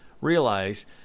Realize